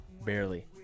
barely